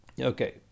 Okay